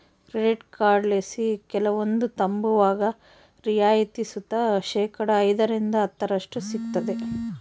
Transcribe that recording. credit ಕಾರ್ಡ್ಲಾಸಿ ಕೆಲವೊಂದು ತಾಂಬುವಾಗ ರಿಯಾಯಿತಿ ಸುತ ಶೇಕಡಾ ಐದರಿಂದ ಹತ್ತರಷ್ಟು ಸಿಗ್ತತೆ